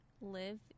live